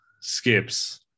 skips